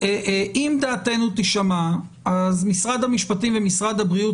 אם דעתנו תישמע אז משרד המשפטים ומשרד הבריאות